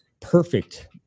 perfect